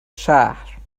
شهر